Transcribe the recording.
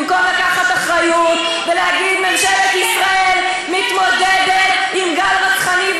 במקום לקחת אחריות ולהגיד: ממשלת ישראל מתמודדת עם גל רצחני,